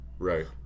Right